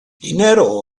dinero